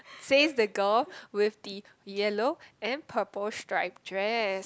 face the girl with the yellow and purple stripe dress